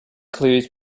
clues